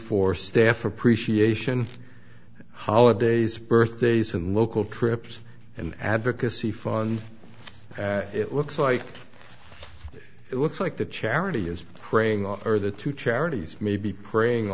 for staff appreciation holidays birthdays and local trips and advocacy fund and it looks like it looks like the charity is preying on or the two charities may be preying